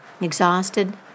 Exhausted